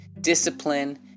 discipline